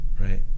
right